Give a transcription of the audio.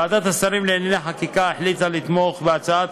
ועדת השרים לענייני חקיקה החליטה לתמוך בהצעת